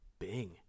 Bing